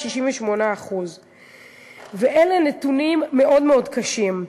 68%. אלה נתונים מאוד מאוד קשים,